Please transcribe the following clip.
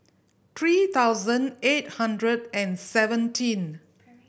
three thousand eight hundred and seventeen